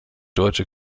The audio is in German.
deutsche